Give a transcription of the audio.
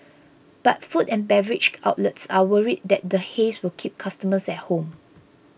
but food and beverage outlets are worried that the haze will keep customers at home